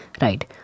right